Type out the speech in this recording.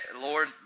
Lord